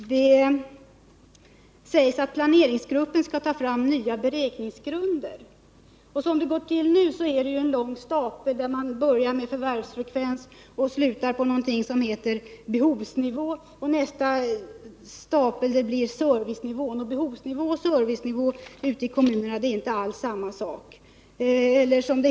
Det sägs att planeringsgruppen skall ta fram nya beräkningsgrunder. Som det går till nu har man långa staplar av beräkningar där man börjar med förvärvsfrekvens och slutar med någonting som kallas behovsnivå. Den sista stapeln gäller servicenivå. Behovsnivå och servicenivå ute i kommunerna är inte alls samma sak.